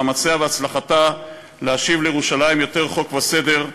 מאמציה והצלחתה להשיב לירושלים יותר חוק וסדר,